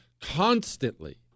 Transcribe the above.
constantly